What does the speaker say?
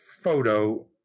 photo